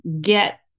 get